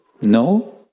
No